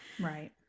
right